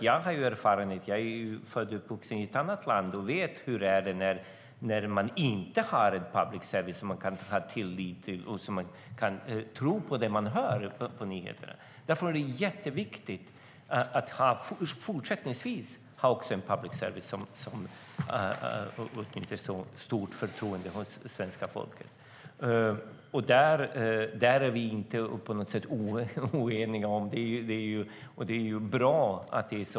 Jag är född och uppvuxen i ett annat land och vet hur det är när det inte finns public service som man känner tillit till och när man inte kan lita på det man hör på nyheterna. Därför är det viktigt att även fortsättningsvis ha public service som åtnjuter stort förtroende hos svenska folket. Det är vi inte på något sätt oeniga om, och det är bra.